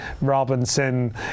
Robinson